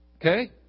Okay